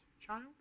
child